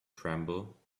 tremble